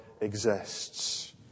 exists